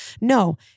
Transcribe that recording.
no